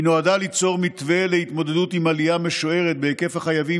היא נועדה ליצור מתווה להתמודדות עם עלייה משוערת בהיקף החייבים